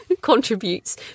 contributes